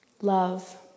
love